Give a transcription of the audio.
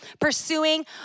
pursuing